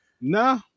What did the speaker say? No